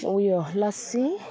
उयो लस्सी